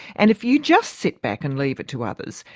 and if you just sit back and leave it to others,